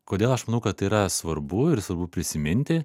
kodėl aš manau kad yra svarbu ir svarbu prisiminti